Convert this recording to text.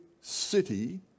city